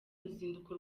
ruzinduko